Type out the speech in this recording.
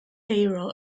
hero